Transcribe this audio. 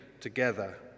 together